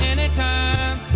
Anytime